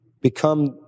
become